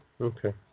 Okay